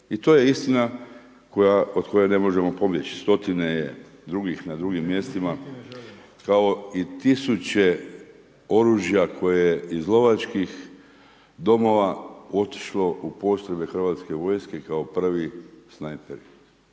I to je istina od koje ne možemo pobjeći. Stotine je drugih na drugim mjestima kao i tisuće oružja koje iz lovačkih domova otišlo u postrojbe Hrvatske vojske kao prvi snajperi.